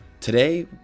Today